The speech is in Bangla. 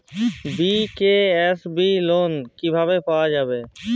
বি.কে.এস.বি লোন কিভাবে পাওয়া যাবে?